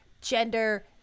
gender